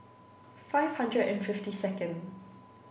five hundred and fifty second